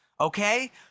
okay